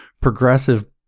progressive